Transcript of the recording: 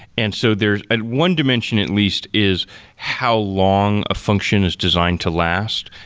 and so there's at one dimension at least is how long a function is designed to last.